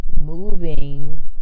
moving